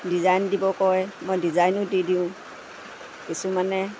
design দিব কয় মই ডিজাইনো দি দিওঁ কিছুমানে